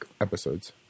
episodes